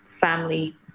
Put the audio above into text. family